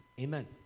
amen